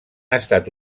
estat